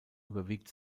überwiegt